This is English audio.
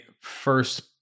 first